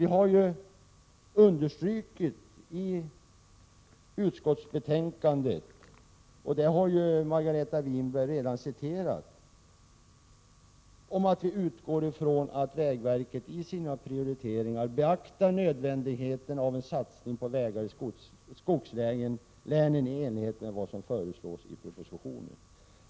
Vi har i utskottsbetänkandet understrukit, vilket Margareta Winberg redan har citerat, att vi utgår från att vägverket i sina prioriteringar beaktar nödvändigheten av en satsning på vägar i skogslänen i enlighet med vad som föreslås i propositionen.